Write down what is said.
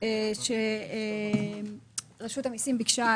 מי נגד?